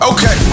Okay